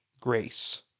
grace